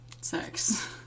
sex